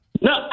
No